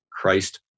Christ